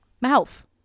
Mouth